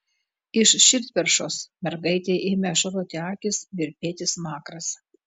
iš širdperšos mergaitei ėmė ašaroti akys virpėti smakras